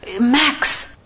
max